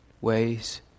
ways